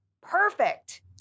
perfect